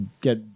get